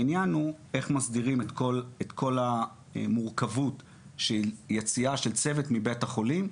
העניין הוא איך מסדירים את כל המורכבות של יציאה של צוות מבית החולים,